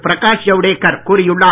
பிரகாஷ் ஜவுடேகர் கூறியுள்ளார்